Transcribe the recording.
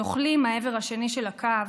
הנוכלים מהעבר השני של הקו